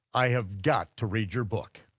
i have got to read your book.